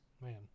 man